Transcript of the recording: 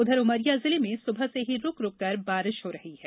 उधर उमरिया जिले में सुबह से ही रूक रूककर बारिश हो रही है